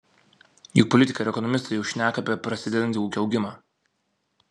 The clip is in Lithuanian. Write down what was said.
juk politikai ir ekonomistai jau šneka apie prasidedantį ūkio augimą